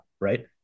right